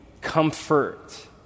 comfort